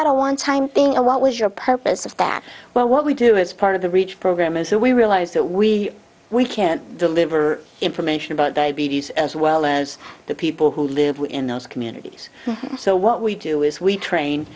a one time thing or what was your purpose of that well what we do as part of the reach program is that we realize that we we can deliver information about diabetes as well as the people who live within those communities so what we do is we train